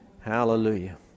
Hallelujah